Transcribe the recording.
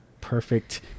perfect